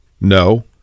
No